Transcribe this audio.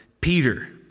Peter